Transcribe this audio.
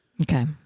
Okay